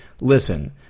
listen